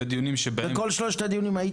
היית בכל שלושת הדיונים?